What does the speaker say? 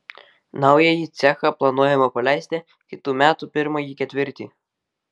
naująjį cechą planuojama paleisti kitų metų pirmąjį ketvirtį